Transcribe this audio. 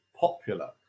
popular